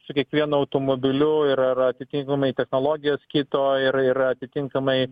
su kiekvienu automobiliu ir ir atitinkamai technologijos kito ir ir atitinkamai